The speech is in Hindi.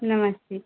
नमस्ते